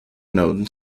known